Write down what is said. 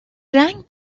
رنگ